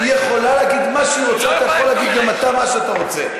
היא יכולה להגיד מה שהיא רוצה.